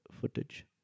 footage